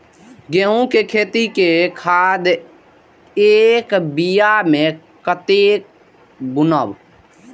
गेंहू के खेती में खाद ऐक बीघा में कते बुनब?